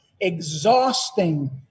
exhausting